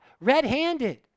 red-handed